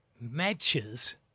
Matches